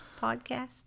podcast